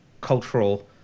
cultural